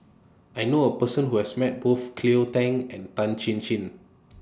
I knew A Person Who has Met Both Cleo Thang and Tan Chin Chin